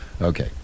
Okay